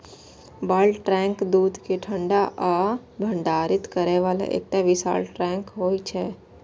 bulk tank दूध कें ठंडा आ भंडारित करै बला एकटा विशाल टैंक होइ छै